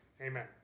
Amen